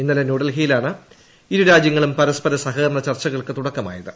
ഇന്നലെ ന്യൂഡെൽഹിയിലാണ് ഇരു രാജൃങ്ങളും പരസ്പര സഹകരണ ചർച്ചകൾക്ക് തുടക്കമായത്